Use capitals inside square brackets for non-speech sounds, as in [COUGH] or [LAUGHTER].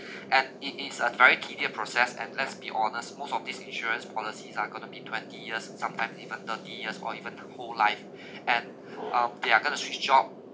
and it is a very tedious process and let's be honest most of these insurance policies are going be twenty years and sometime even thirty years or even for whole life [BREATH] and um they are going to switch job